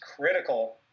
critical